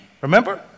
Remember